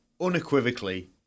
unequivocally